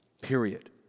period